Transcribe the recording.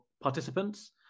participants